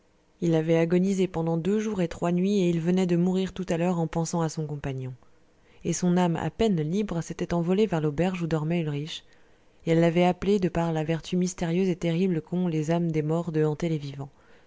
il avait agonisé pendant deux jours et trois nuits et il venait de mourir tout à l'heure en pensant à son compagnon et son âme à peine libre s'était envolée vers l'auberge où dormait ulrich et elle l'avait appelé de par la vertu mystérieuse et terrible qu'ont les âmes des morts de hanter les vivants